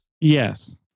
Yes